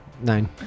Nine